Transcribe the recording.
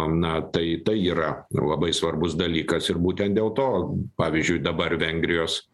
na tai tai yra labai svarbus dalykas ir būtent dėl to pavyzdžiui dabar vengrijos